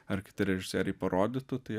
ar kiti režisieriai parodytų tai